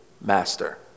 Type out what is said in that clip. Master